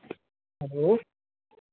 hello